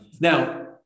Now